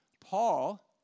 Paul